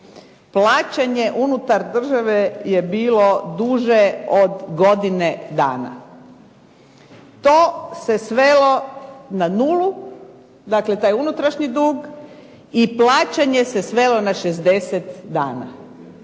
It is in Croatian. Plaćanje unutar države je bilo duže od godine dana. To se svelo na nulu, dakle taj unutrašnji dug i plaćanje se svelo na 60 dana.